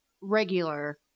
regular